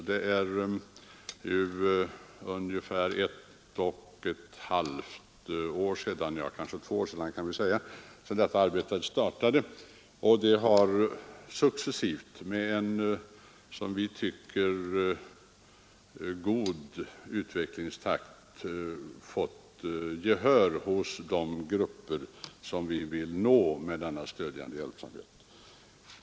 Det är ett och ett halvt eller två år sedan detta arbete startade, och det har successivt — med en som vi tycker god utvecklingstakt — fått gehör hos de grupper som vi vill nå med denna stödjande hjälpsamhet.